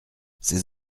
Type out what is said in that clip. ces